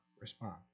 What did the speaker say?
response